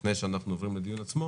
לפני שאנחנו עוברים לדיון עצמו,